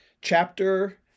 chapter